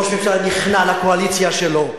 ראש ממשלה נכנע לקואליציה שלו,